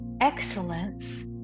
excellence